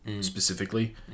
Specifically